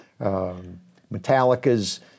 Metallica's